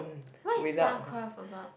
what is Starcraft about